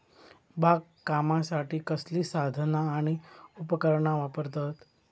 बागकामासाठी कसली साधना आणि उपकरणा वापरतत?